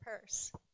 purse